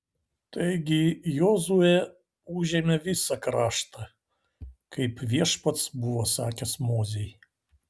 taigi jozuė užėmė visą kraštą kaip viešpats buvo sakęs mozei